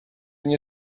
nie